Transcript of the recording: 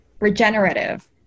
regenerative